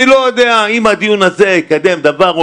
אני לא יודע אם הדיון הזה יקדם דבר,